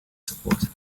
support